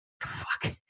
Fuck